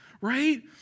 right